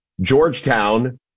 Georgetown